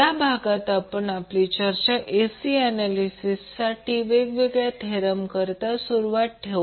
आपण आपली चर्चा AC ऍनॅलिसिससाठी वेगवेगळ्या थेरमकरिता सुरू ठेवू